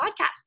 podcast